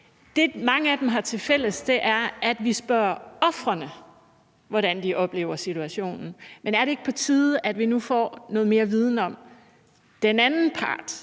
mange af dem har tilfælles, er, at vi spørger ofrene, hvordan de oplever situationen. Men er det ikke på tide, at vi nu får noget mere viden om den anden part